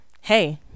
hey